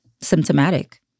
symptomatic